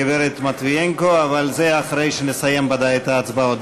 הגברת מטביינקו, אבל זה אחרי שנסיים את ההצבעות.